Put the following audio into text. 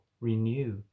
renew